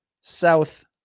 south